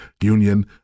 Union